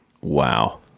Wow